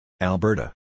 Alberta